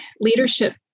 leadership